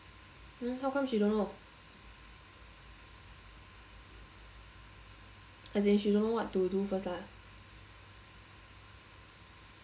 hmm how come she don't know as in she don't know what to do first lah